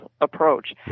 approach